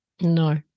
No